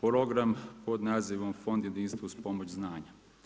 program pod nazivom Fond jedinstvo uz pomoć znanja.